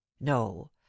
no